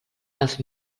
dels